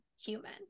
human